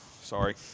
Sorry